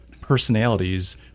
personalities